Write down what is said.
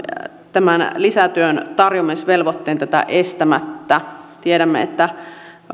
tämän lisätyön tarjoamisvelvoitteen tätä estämättä tiedämme että